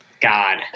God